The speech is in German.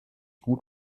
gut